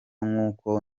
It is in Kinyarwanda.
nk’uko